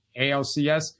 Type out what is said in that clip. ALCS